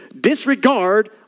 disregard